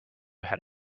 had